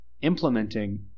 implementing